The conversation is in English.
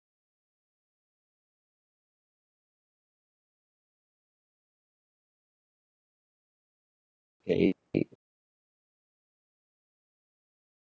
K